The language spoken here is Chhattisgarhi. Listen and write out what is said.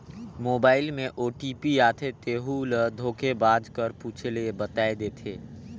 मोबाइल में ओ.टी.पी आथे तेहू ल धोखेबाज कर पूछे ले बताए देथे